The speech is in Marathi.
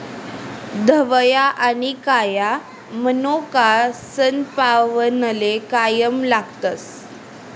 धवया आनी काया मनोका सनपावनले कायम लागतस